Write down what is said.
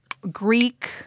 Greek